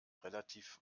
relativ